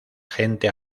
gente